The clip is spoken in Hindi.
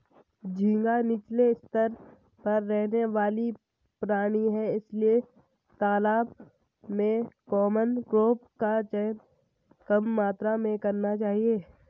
झींगा नीचले स्तर पर रहने वाला प्राणी है इसलिए तालाब में कॉमन क्रॉप का चयन कम मात्रा में करना चाहिए